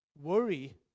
Worry